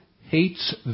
hates